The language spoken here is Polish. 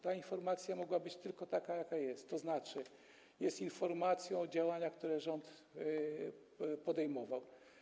Ta informacja mogła być tylko taka, jaka jest, to znaczy jest informacją o działaniach, które rząd podejmował.